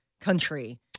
country